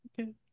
Okay